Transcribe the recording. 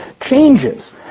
changes